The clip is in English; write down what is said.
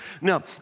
Now